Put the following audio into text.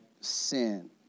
sin